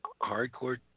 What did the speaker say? hardcore